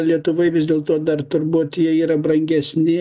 lietuvoj vis dėlto dar turbūt jie yra brangesni